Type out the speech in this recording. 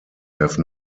have